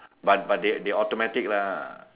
but but they automatically lah